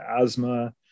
asthma